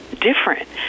different